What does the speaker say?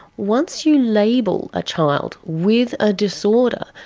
once you label a child with a disorder,